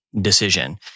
decision